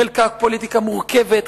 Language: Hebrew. חלקה פוליטיקה מורכבת,